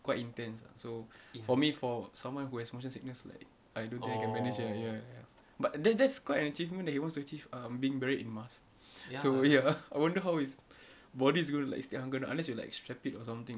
quite intense ah so for me for someone who has motion sickness like I don't think I can manage ya ya but then that's quite an achievement that he wants to achieve uh being buried in mars so ya I wonder how his body is gonna like stay unless you like strap it or something ah